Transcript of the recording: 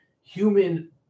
human